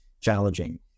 challenging